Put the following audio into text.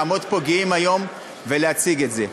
לעמוד פה גאים היום ולהציג את זה.